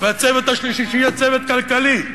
והצוות השלישי, שיהיה צוות כלכלי,